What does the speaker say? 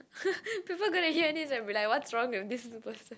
people gonna hear this and be like what's wrong with this person